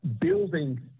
building